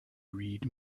read